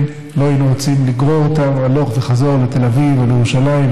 לא רוצים לגרור אותם הלוך וחזור לתל אביב או לירושלים,